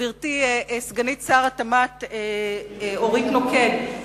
גברתי סגנית שר התמ"ת אורית נוקד,